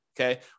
okay